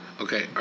Okay